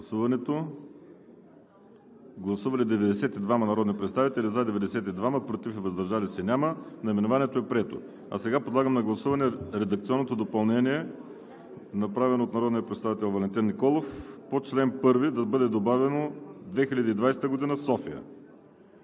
Законопроекта. Гласували 92 народни представители: за 92, против и въздържали се няма. Наименованието е прието. Подлагам на гласуване редакционното допълнение, направено от народния представител Валентин Николов по чл. 1 – да бъде добавено „2020 г., София“.